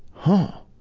huh!